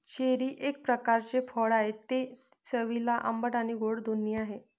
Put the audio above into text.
cherry एक प्रकारचे फळ आहे, ते चवीला आंबट आणि गोड दोन्ही आहे